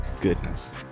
goodness